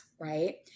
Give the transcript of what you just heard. right